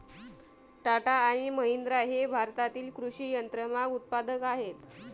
टाटा आणि महिंद्रा हे भारतातील कृषी यंत्रमाग उत्पादक आहेत